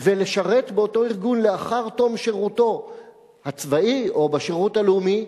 ולשרת באותו ארגון לאחר תום שירותו הצבאי או בשירות הלאומי,